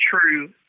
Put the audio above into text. true